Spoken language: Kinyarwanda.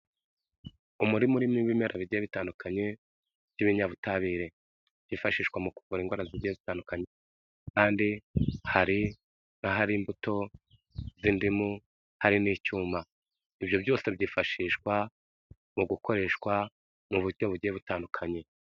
Umurima urimo ibimera bigiye bitandukanye, by'ibinyabutabire, byifashishwa mu ku kuvura indwara zigiye zitandukanye, kandi hari n'ahari imbuto z'indimu, hari n'icyuma, ibyo byose byifashishwa mu gukoreshwa mu buryo bugiye butandukanye.